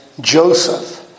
Joseph